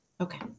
Okay